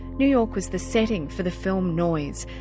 new york was the setting for the film noise,